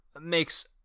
makes